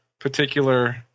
Particular